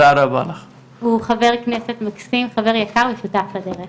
הוא חבר כנסת מקסים, חבר יקר ושותף לדרך.